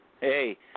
Hey